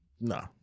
No